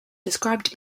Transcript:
described